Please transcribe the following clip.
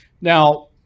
Now